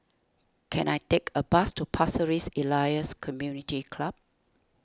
can I take a bus to Pasir Ris Elias Community Club